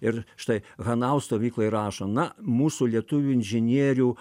ir štai hanau stovykloj rašo na mūsų lietuvių inžinierių